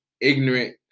ignorant